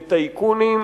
לטייקונים,